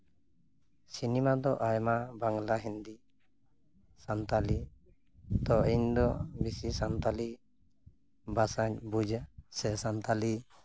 cinema ᱫᱚ ᱟᱭᱢᱟ ᱵᱟᱝᱞᱟ ᱦᱤᱱᱫᱤ ᱥᱟᱱᱛᱟᱲᱤ ᱛᱚ ᱤᱧ ᱫᱚ ᱵᱮᱥᱤ ᱥᱟᱱᱛᱟᱲᱤ ᱵᱷᱟᱥᱟᱧ ᱵᱩᱡᱟ ᱥᱮ ᱥᱟᱱᱛᱟᱲᱤ